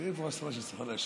זה הצבעה.